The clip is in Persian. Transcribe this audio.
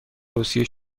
توصیه